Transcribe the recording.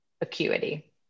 Acuity